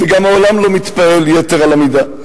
וגם העולם לא מתפעל יתר על המידה.